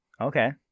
Okay